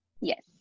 Yes